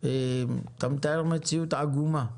אתה מתאר מציאות עגומה.